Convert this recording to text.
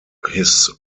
his